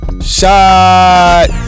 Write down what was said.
Shot